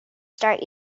start